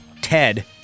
Ted